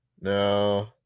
No